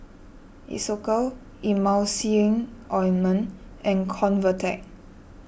Isocal Emulsying Ointment and Convatec